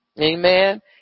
Amen